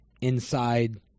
inside